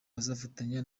bazafatanya